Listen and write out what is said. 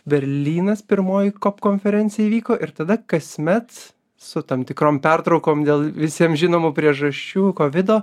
berlynas pirmoji kop konferencija įvyko ir tada kasmet su tam tikrom pertraukom dėl visiem žinomų priežasčių kovido